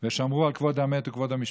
ושמרו על כבוד המת וכבוד המשפחות.